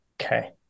Okay